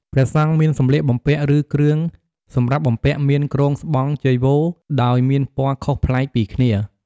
ព្រះសង្ឃមានសម្លៀកបំពាក់ឬគ្រឿងសម្រាប់បំពាក់មានគ្រងស្បង់ចីវរដោយមានពណ៌ខុសប្លែកពីគ្នា។